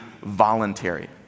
voluntary